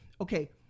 okay